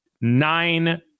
nine